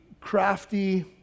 crafty